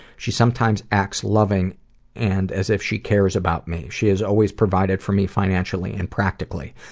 she sometimes acts loving and as if she cares about me. she has always provided for me financially and practically.